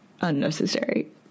unnecessary